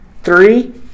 Three